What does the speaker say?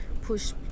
push